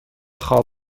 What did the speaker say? خواب